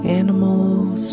animals